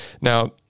Now